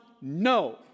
No